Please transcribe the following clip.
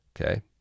okay